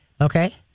Okay